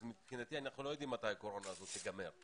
מבחינתי אנחנו לא יודעים מתי הקורונה הזאת תיגמר.